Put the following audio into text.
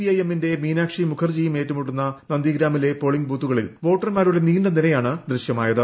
I എമ്മീറ്റ്റ് മീനാക്ഷി മുഖർജിയും ഏറ്റുമുട്ടുന്ന നന്ദിഗ്രാമിലെ പോളിറ്റ് ബൂത്തുകളിൽ വോട്ടർമാരുടെ നീണ്ട നിരയാണ് ദൃശ്യമായത്